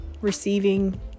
receiving